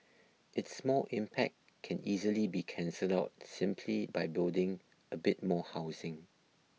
its small impact can easily be cancelled out simply by building a bit more housing